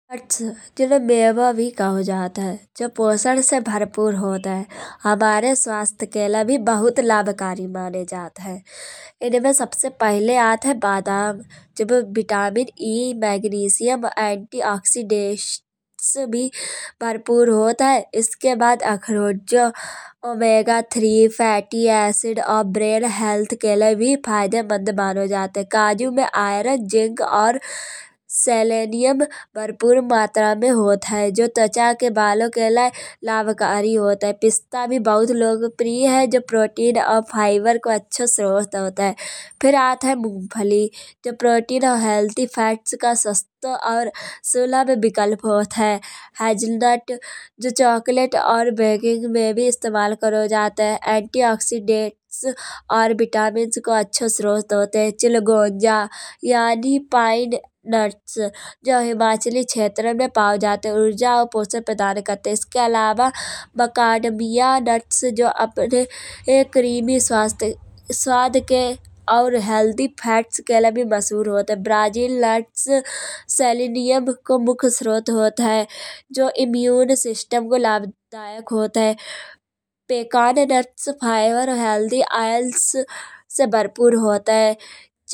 नट जिन्हें मेवा भी कहो जात है। जो पोषण से भरपूर होत ह। हमारे स्वास्थ के लिए बहुत लाभकारी माने जात ह। इनमे सबसे पहिले आत ह बादाम जब विटामिन ई मैग्निशियम एंटीऑक्सीडेंट से भी भरपूर होत ह। इसके बाद अखरोट जो ओमेगा तीन फैटीएसिड और ब्रेड हेल्थ के लिए भी फायदेमंद मानो जात है। काजू मे आयरन जिंक और सेलेनियम भरपूर मात्रा मे होत ह जो त्वचा के बालों के लिए लाभकारी होत है। पिस्ता भी बहुत लोग प्रिय है। जो प्रोटीन और फाइबर के अच्छे स्रोत होते है। फिर आत ह मूंगफली जो प्रोटीन और हेल्थिफैट का सस्ता और सुलभ विकल्प होत है। हाज नट जो चॉकलेट और वेजिंग मे भी इस्तेमाल करो जात है। एंटीऑक्सीडेंट और विटामिन के अच्छे स्रोत होते है। चिल गोंजा यानि पाइननट्स जो हिमाचली क्षेत्र मे पाओ जात है। ऊर्जा और पोषण प्रदान करते है। इसके अलावा बकडिमिया नट्स जो अपने करीबी स्वाद के और हेल्दी फैट के लिए भी मशहूर होते है। ब्राजिलनट्स सेलेनियम को मुख्य स्रोत होत है। जो इम्युनिटी सिस्टम को लाभदायक होत है। पेकानट्स फाइबर हेल्दी ऑइल से भरपूर होत है।